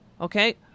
Okay